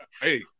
Hey